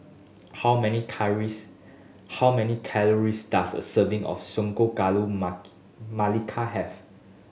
how many calories how many calories does a serving of sago gula melaka have